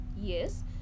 yes